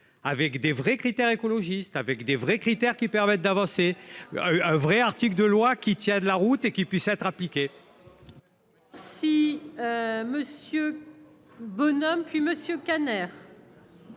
avec des vrais critères écologistes avec des vrais critères qui permettent d'avancer un vrai article de loi qui tienne la route et qui puisse être appliqué. Si Monsieur Bonhomme puis Monsieur Kader.